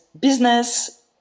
business